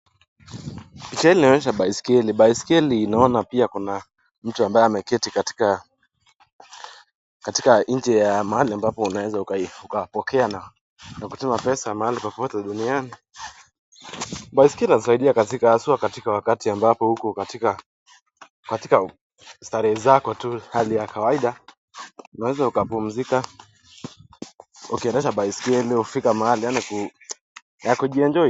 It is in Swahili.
Picha hii inaonyesha baiskeli. Baiskeli naona pia kuna mtu ambaye ameketi katika katika nje ya mahali ambapo unaweza ukaipokea na kutuma pesa mahali popote duniani. Baiskeli inasaidia katika haswa katika wakati ambapo uko katika katika starehe zako tu, hali ya kawaida, unaweza ukapumzika ukiendesha baiskeli ukafika mahali, yaani ya kujienjoy.